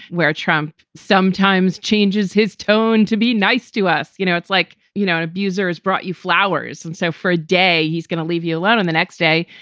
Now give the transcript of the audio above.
where trump sometimes changes his tone to be nice to us. you know, it's like, you know, abuser's brought you flowers. and so for a day he's gonna leave you alone. on the next day,